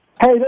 Hey